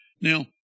Now